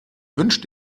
wünsch